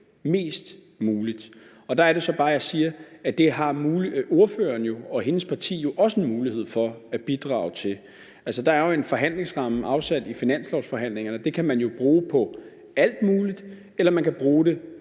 mest muligt. Der er det så bare, at jeg siger, at det har ordføreren og hendes parti jo også en mulighed for at bidrage til. Altså, der er en forhandlingsramme afsat i finanslovsforhandlingerne. Den kan man jo bruge på alt muligt, eller man kan bruge det